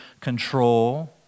control